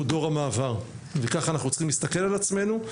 דור המעבר וככה אנחנו צריכים להסתכל על עצמנו.